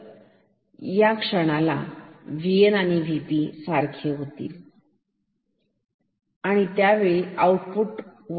तरी या क्षणाला output V N V P ठीक